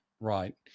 right